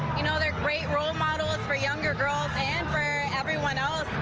you know they're great role models for younger girls and for everyone ah